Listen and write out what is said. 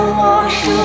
wash